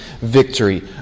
victory